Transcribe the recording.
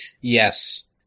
Yes